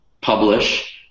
publish